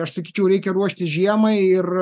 aš sakyčiau reikia ruoštis žiemai ir